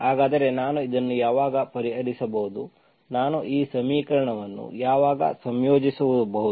ಹಾಗಾದರೆ ನಾನು ಇದನ್ನು ಯಾವಾಗ ಪರಿಹರಿಸಬಹುದು ನಾನು ಈ ಸಮೀಕರಣವನ್ನು ಯಾವಾಗ ಸಂಯೋಜಿಸಬಹುದು